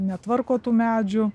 netvarko tų medžių